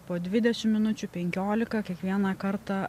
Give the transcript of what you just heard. po dvidešimt minučių penkiolika kiekvieną kartą